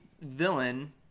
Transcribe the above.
villain